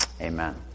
amen